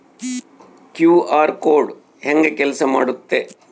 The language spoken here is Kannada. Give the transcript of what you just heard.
ಕ್ಯೂ.ಆರ್ ಕೋಡ್ ಹೆಂಗ ಕೆಲಸ ಮಾಡುತ್ತೆ?